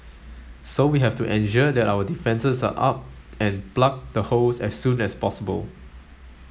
so we have to ensure that our defences are up and plug the holes as soon as possible